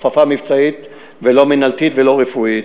הכפפה מבצעית ולא מינהלתית ולא רפואית.